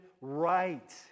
right